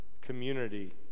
community